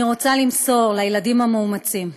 אני רוצה למסור לילדים המאומצים: